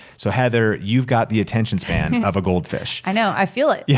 so heather, you've got the attention span of a goldfish. i know, i feel it. you